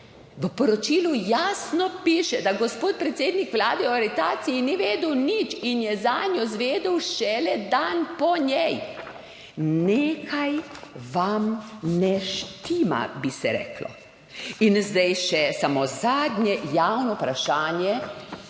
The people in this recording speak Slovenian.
V poročilu jasno piše, da gospod predsednik vlade o aretaciji ni vedel nič in je zanjo izvedel šele dan po njej. Nekaj vam ne štima, bi se reklo. In zdaj še samo zadnje javno vprašanje